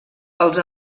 els